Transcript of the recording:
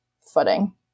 footing